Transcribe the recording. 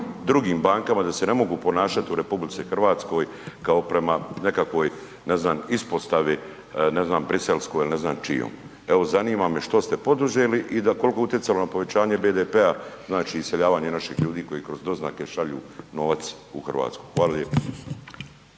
drugim bankama da se ne mogu ponašat u Republici Hrvatskoj kao prema nekakvoj, ne znam ispostavi, ne znam briselskoj ili ne znam čijom, evo zanima me što ste poduzeli, i koliko je utjecalo na povećanje BDP-a, znači iseljavanje naših ljudi koji kroz doznake šalju novac u Hrvatsku. Hvala lijepo.